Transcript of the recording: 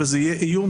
וזה יהיה איום,